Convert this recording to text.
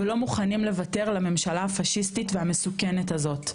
ולא מוכנים לוותר לממשלה הפשיסטית והמסוכנת הזאת,